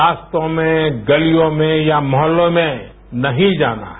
रास्तों में गलियोंमें या मोहल्लों में नहीं जाना है